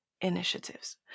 initiatives